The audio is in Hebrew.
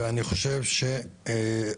אני חושב שהיוזמה,